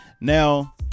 Now